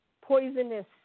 poisonous